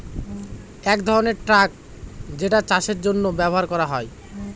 এক ধরনের ট্রাক যেটা চাষের জন্য ব্যবহার করা হয়